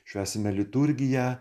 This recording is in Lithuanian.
švęsime liturgiją